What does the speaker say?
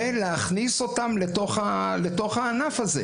ולהכניס אותן לתוך הענף הזה.